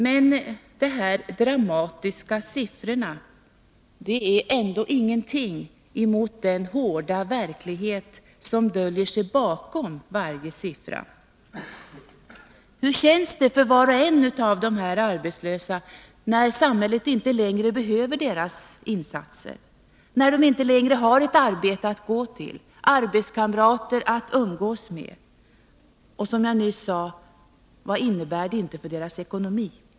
Men dessa dramatiska siffror är ändå ingenting mot den hårda verklighet som döljer sig bakom varje siffra. Hur känns det för var och en av dessa arbetslösa när samhället inte längre behöver hans insatser, när han inte längre har ett arbete att gå till, arbetskamrater att umgås med? Och som jag nyss sade: Vad innebär det för ekonomin?